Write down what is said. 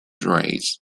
raids